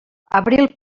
abril